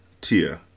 Tia